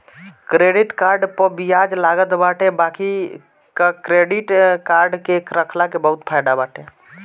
credit card पअ बियाज लागत बाटे बाकी क्क्रेडिट कार्ड के रखला के बहुते फायदा बाटे